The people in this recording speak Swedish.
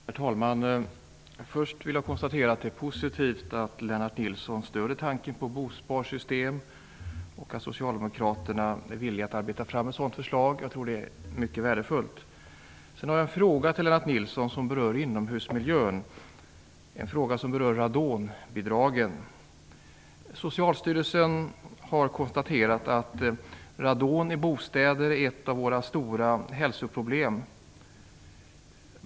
Herr talman! Först vill jag konstatera att det är positivt att Lennart Nilsson stödjer tanken på bosparsystem och att socialdemokraterna är villiga att arbeta fram ett förslag på området. Jag har vidare en fråga till Lennart Nilsson som rör inomhusmiljön, nämligen om radonbidragen. Socialstyrelsen har konstaterat att radon i bostäder är ett av våra stora hälsoproblem.